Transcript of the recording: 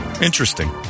interesting